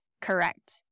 Correct